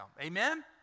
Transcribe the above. Amen